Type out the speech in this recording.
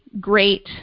great